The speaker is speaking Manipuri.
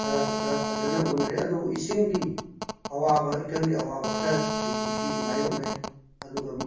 ꯈꯔ ꯈꯔ ꯐꯖꯅ ꯎꯅꯔꯦ ꯑꯗꯨꯕꯨ ꯏꯁꯤꯡꯒꯤ ꯑꯋꯥꯕ ꯏꯀꯪꯒꯤ ꯑꯋꯥꯕ ꯈꯔꯗꯤ ꯀꯨꯝꯁꯤ ꯃꯥꯌꯣꯛꯅꯩ ꯑꯗꯨꯒ